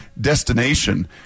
destination